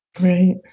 right